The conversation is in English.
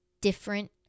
different